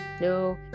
no